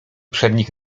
przednich